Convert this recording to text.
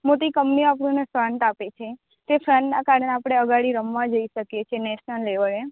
મોટી કંપનીઓ આપણને ફંડ આપે છે તે ફંડના કારણે આપણે આપણી રમવા જઈ શકીએ છે નેશનલ લેવલે